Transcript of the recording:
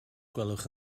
gwelwch